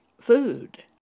food